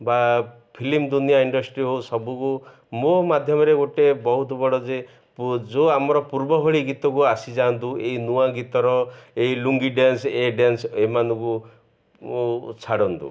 ବା ଫିଲିମ୍ ଦୁନିଆ ଇଣ୍ଡଷ୍ଟ୍ରି ହଉ ସବୁକୁ ମୋ ମାଧ୍ୟମରେ ଗୋଟେ ବହୁତ ବଡ଼ ଯେ ଯେଉଁ ଆମର ପୂର୍ବ ଭଳି ଗୀତକୁ ଆସିଯାଆନ୍ତୁ ଏଇ ନୂଆ ଗୀତର ଏଇ ଲୁଙ୍ଗି ଡ୍ୟାନ୍ସ ଏ ଡ୍ୟାନ୍ସ ଏମାନଙ୍କୁ ଛାଡ଼ନ୍ତୁ